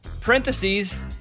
Parentheses